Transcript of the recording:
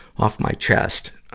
off my chest.